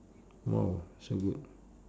!wow! so good